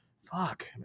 fuck